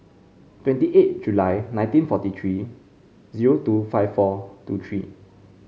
twenty eight July nineteen forty three zero two five four two three